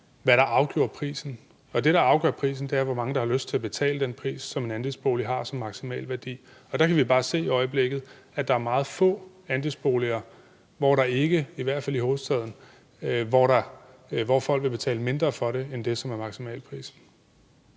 hvad der afgør prisen. Og det, der afgør prisen, er, hvor mange der har lyst til at betale den pris, som en andelsbolig har som maksimal værdi. Der kan vi bare se i øjeblikket, at der er meget få andelsboliger, i hvert fald i hovedstaden, hvor folk kommer til at betale mindre end det, der er maksimalprisen.